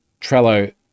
trello